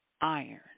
iron